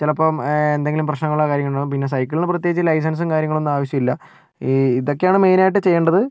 ചിലപ്പോൾ എന്തെങ്കിലും പ്രശ്നങ്ങൾ കാര്യങ്ങൾ പിന്നെ സൈക്കിളിന് പ്രത്യേകിച്ച് ലൈസൻസും കാര്യങ്ങളൊന്നും ആവശ്യമില്ല ഈ ഇതൊക്കെയാണ് മെയിൻ ആയിട്ട് ചെയ്യേണ്ടത്